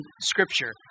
Scripture